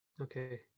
Okay